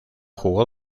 jugó